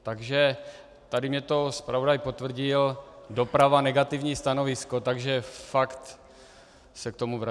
Takže tady mně to zpravodaj potvrdil doprava negativní stanovisko, takže fakt se k tomu vraťme.